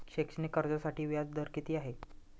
शैक्षणिक कर्जासाठी व्याज दर किती आहे?